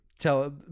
tell